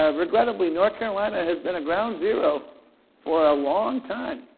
ah regrettably, north carolina has been a ground zero for a long time.